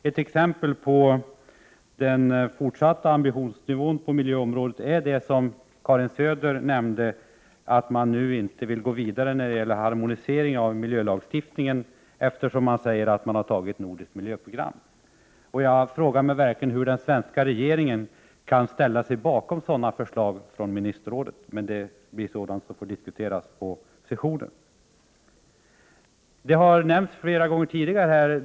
Ett exempel på den fortsatta ambitionsnivån på miljöområdet är det som Karin Söder nämnde, att man nu inte vill gå vidare när det gäller harmonisering av miljölagstiftningen, eftersom man nu har antagit ett nordiskt miljöprogram. Jag frågar mig verkligen hur den svenska regeringen kan ställa sig bakom sådana förslag från Ministerrådet. Det är dock sådant som vi får diskutera under sessionen.